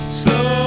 slow